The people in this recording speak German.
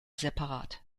separat